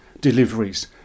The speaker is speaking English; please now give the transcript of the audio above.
deliveries